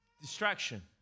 distraction